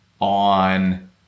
on